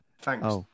Thanks